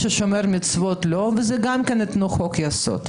ששומר מצוות לא וגם זה יהיה תחת חוק יסוד.